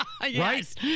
Right